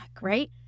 right